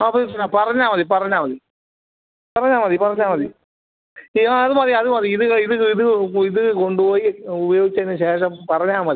അത് ആ പറഞ്ഞാൽ മതി പറഞ്ഞാൽ മതി പറഞ്ഞാൽ മതി പറഞ്ഞാൽ മതി ഇത് അത് മതി അത് മതി ഇത് ഇത് ഇത് ഇത് കൊണ്ട് പോയി ഉപയോഗിച്ചതിന് ശേഷം പറഞ്ഞാൽ മതി